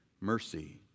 Mercy